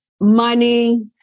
money